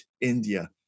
India